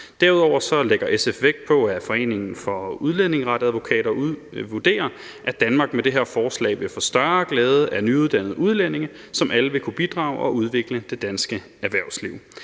Derudover lægger SF vægt på, at Foreningen af Udlændingeretsadvokater vurderer, at Danmark med det her forslag vil få større glæde af nyuddannede udlændinge, som alle vil kunne bidrage og udvikle det danske erhvervsliv.